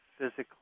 physically